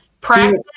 Practice